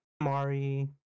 Mari